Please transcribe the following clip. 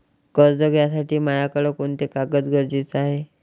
कर्ज घ्यासाठी मायाकडं कोंते कागद गरजेचे हाय?